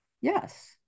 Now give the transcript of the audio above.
Yes